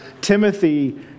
Timothy